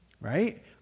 Right